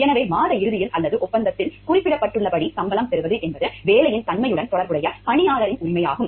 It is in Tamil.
எனவே மாத இறுதியில் அல்லது ஒப்பந்தத்தில் குறிப்பிடப்பட்டுள்ளபடி சம்பளம் பெறுவது என்பது வேலையின் தன்மையுடன் தொடர்புடைய பணியாளரின் உரிமையாகும்